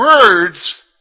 Words